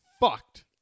fucked